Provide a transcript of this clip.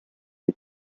les